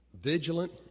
vigilant